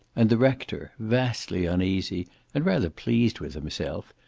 and the rector, vastly uneasy and rather pleased with himself,